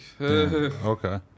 Okay